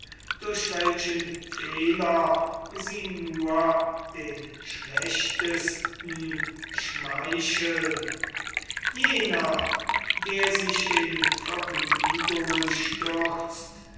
durch welchen fehler sie den schlechtesten schmeicheln jener der sich in vergnügungen stürzt